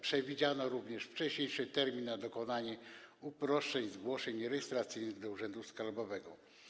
Przewidziano również wcześniejszy termin na dokonanie uproszczeń, zgłoszeń rejestracyjnych do urzędu skarbowego.